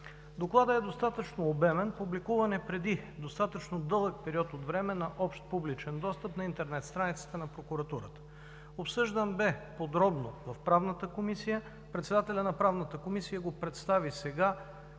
Докладът е достатъчно обемен, публикуван е преди достатъчно дълъг период от време на общ публичен достъп на интернет страницата на Прокуратурата. Обсъждан бе подробно в Правната комисия. Председателят на Правната комисия го представи сега